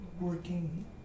working